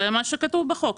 זה מה שכתוב בחוק.